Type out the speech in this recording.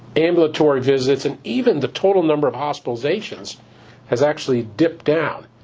ambulatory visits and even the total number of hospitalizations has actually dipped down.